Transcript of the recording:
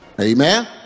Amen